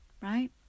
right